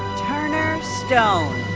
stone.